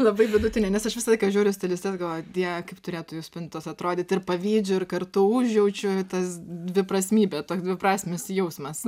labai vidutinė nes aš visą laiką žiūriu į stilistes galvoju dieve kaip turėtų jų spintos atrodyti ir pavydžiu ir kartu užjaučiu tas dviprasmybė toks dviprasmis jausmas